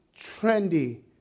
trendy